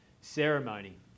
ceremony